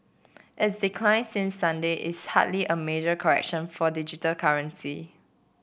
its decline since Sunday is hardly a major correction for digital currency